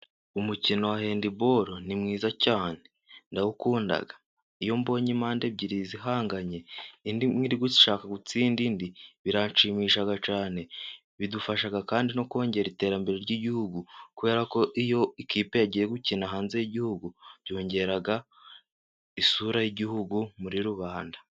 Umukino wa handiboro ni mwiza cyane. Ndawukunda. Iyo mbonye impande ebyiri zihanganye, imwe iri gushaka gutsinda indi biranshimishaga cyane, bidufasha kandi no kongera iterambere ry'igihugu, kubera ko iyo ikipe yagiye gukina hanze y'igihugu, byongera isura y'igihugu muri rubanda.